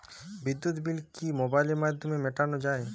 বিদ্যুৎ বিল কি মোবাইলের মাধ্যমে মেটানো য়ায়?